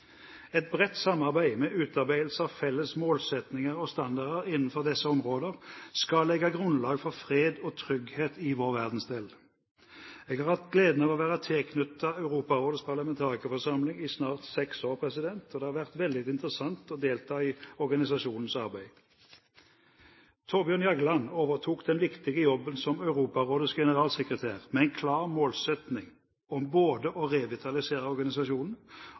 Et bredt samarbeid med utarbeidelse av felles målsettinger og standarder innenfor disse områdene skal legge grunnlaget for fred og trygghet i vår verdensdel. Jeg har hatt gleden av å være tilknyttet Europarådets parlamentarikerforsamling i snart seks år, og det har vært veldig interessant å delta i organisasjonens arbeid. Thorbjørn Jagland overtok den viktige jobben som Europarådets generalsekretær med en klar målsetting om både å revitalisere organisasjonen